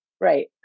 Right